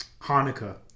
Hanukkah